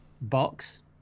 box